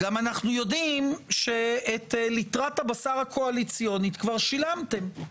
אנחנו גם יודעים שאת לטרת הבשר הקואליציונית כבר שילמתם,